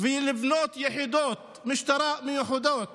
ולבנות יחידות משטרה מיוחדות